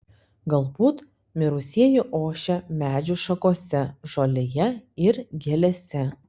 galbūt mirusieji ošia medžių šakose žolėje ir gėlėse